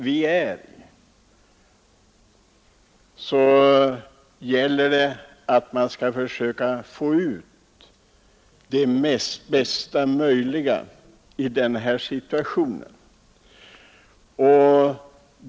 Men nu gäller det ju att försöka få ut det bästa möjliga i den föreliggande situationen.